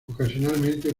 ocasionalmente